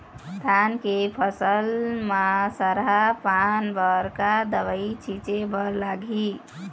धान के फसल म सरा पान बर का दवई छीचे बर लागिही?